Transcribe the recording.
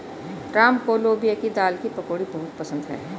राम को लोबिया की दाल की पकौड़ी बहुत पसंद हैं